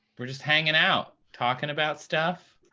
we're just hanging out, talking about stuff,